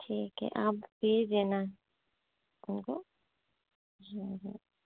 ठीक है आप भेज देना उनको